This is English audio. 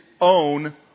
own